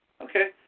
okay